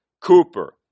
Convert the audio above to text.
Cooper